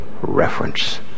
reference